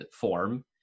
form